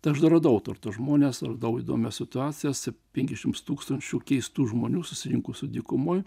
tai aš dar radau tuos žmonės radau įdomias situacijas penkiasdešims tūkstančių keistų žmonių susirinkusių dykumoj